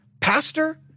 pastor